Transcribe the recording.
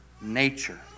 nature